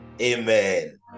Amen